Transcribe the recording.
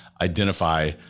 identify